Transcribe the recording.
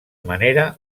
manera